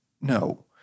No